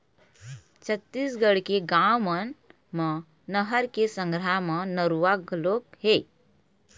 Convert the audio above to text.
छत्तीसगढ़ के गाँव मन म नहर के संघरा म नरूवा घलोक हे